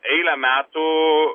eilę metų